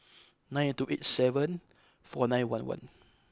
nine eight two eight seven four nine one one